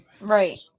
right